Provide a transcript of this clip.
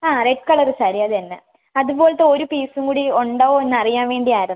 ആ red colour sari അത് തന്നെ അതു പോലത്തെ ഒരു പീസും കൂടി ഉണ്ടോ എന്ന് അറിയാൻ വേണ്ടി ആയിരുന്നു